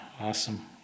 awesome